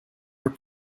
were